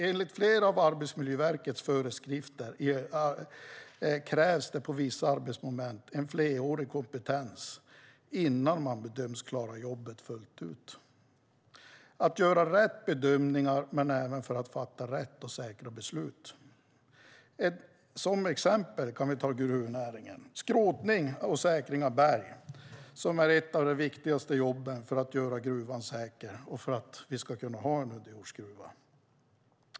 Enligt flera av Arbetsmiljöverkets föreskrifter krävs det för vissa arbetsmoment en flerårig kompetens innan man bedöms klara jobbet fullt ut och kunna göra rätt bedömningar och fatta rätt och säkra beslut. Som exempel kan vi ta gruvnäringen. Skrotning och säkring av berg är ett av de viktigaste jobben för att göra gruvan säker och för att vi ska kunna ha underjordsgruvor.